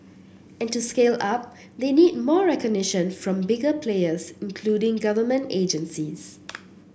and to scale up they need more recognition from bigger players including government agencies